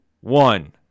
one